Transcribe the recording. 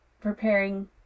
preparing